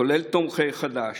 כולל תומכי חד"ש.